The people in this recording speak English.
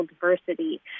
diversity